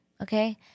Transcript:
Okay